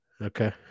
Okay